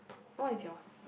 what is yours